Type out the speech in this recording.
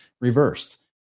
reversed